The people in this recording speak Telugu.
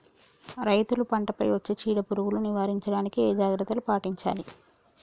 రైతులు పంట పై వచ్చే చీడ పురుగులు నివారించడానికి ఏ జాగ్రత్తలు పాటించాలి?